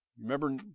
Remember